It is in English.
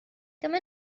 come